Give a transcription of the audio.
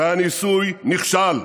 והניסוי נכשל.